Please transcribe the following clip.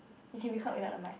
if can be heard without the mic